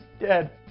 dead